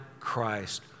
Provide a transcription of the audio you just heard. Christ